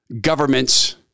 governments